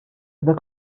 über